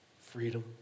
freedom